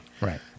Right